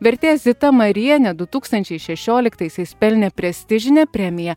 vertėja zita marienė du tūkstančiai šešioliktaisiais pelnė prestižinę premiją